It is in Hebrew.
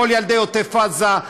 כל ילדי עוטף עזה,